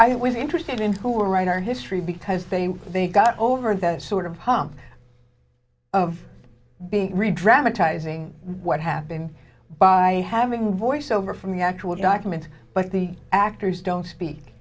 i was interested in who write our history because they they got over the sort of hum of being read dramatizing what happened by having voiceover from the actual document but the actors don't speak